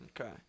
Okay